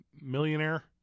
Millionaire